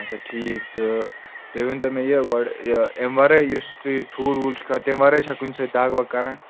اچھا ٹھیٖک تہٕ تُہۍ ؤنتَو مےٚ یہِ گۄڈٕ یہِ اَمہِ وَرٲے یُس تُہۍ ٹھوٗل ووٗل چھُ کھیٚوان تَمہِ وَرٲے چھا کُنہِ سۭتۍ دگ وگ کَران